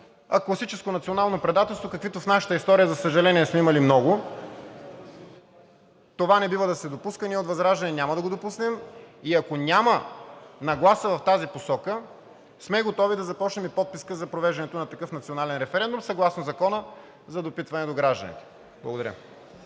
а класическо национално предателство, каквито в нашата история, за съжаление, сме имали много. Това не бива да се допуска. Ние от ВЪЗРАЖДАНЕ няма да го допуснем и ако няма нагласа в тази посока, сме готови да започнем и подписка за провеждането на такъв национален референдум съгласно Закона за допитване до гражданите. Благодаря.